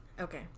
Okay